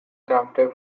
crafted